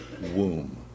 womb